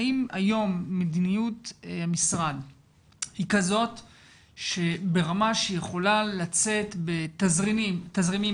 האם היום מדיניות המשרד היא ברמה שיכולה לצאת בתזרימים